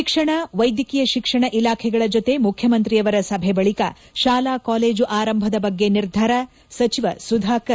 ಶಿಕ್ಷಣ ವೈದ್ಯಕೀಯ ಶಿಕ್ಷಣ ಇಲಾಖೆಗಳ ಜೊತೆ ಮುಖ್ಯಮಂತ್ರಿಯವರ ಸಭೆ ಬಳಿಕ ಶಾಲಾ ಕಾಲೇಜು ಆರಂಭದ ಬಗ್ಗೆ ನಿರ್ಧಾರ ಸಚಿವ ಸುಧಾಕರ್